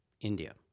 India